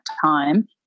time